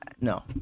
no